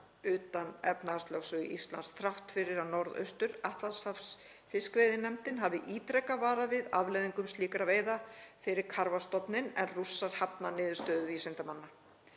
undan efnahagslögsögu Íslands þrátt fyrir að Norðaustur-Atlantshafsfiskveiðinefndin hafi ítrekað varað við afleiðingum slíkra veiða fyrir karfastofninn en Rússar hafna niðurstöðum vísindamanna.